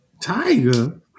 Tiger